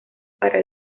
para